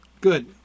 Good